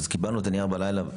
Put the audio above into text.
קיבלנו את הנייר בלילה,